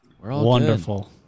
Wonderful